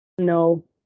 No